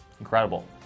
Incredible